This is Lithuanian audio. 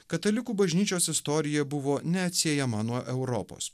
katalikų bažnyčios istorija buvo neatsiejama nuo europos